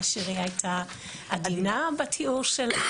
שירי הייתה עדינה בתיאור שלה,